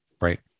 Right